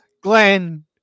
Glenn